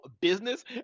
business